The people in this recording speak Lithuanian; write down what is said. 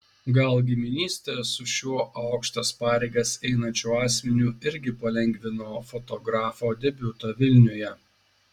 gal giminystė su šiuo aukštas pareigas einančiu asmeniu irgi palengvino fotografo debiutą vilniuje